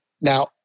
Now